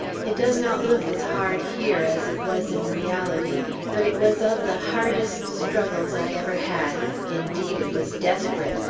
it does not look as hard here as it was in reality but it was of the hardest struggles i ever had indeed, it was desperate.